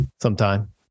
sometime